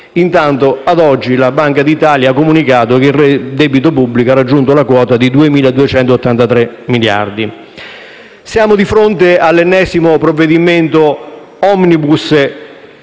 Intanto, ad oggi, la Banca d'Italia ha comunicato che il debito pubblico ha raggiunto la quota di 2.283 miliardi. Siamo di fronte all'ennesimo provvedimento *omnibus*